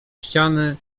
ściany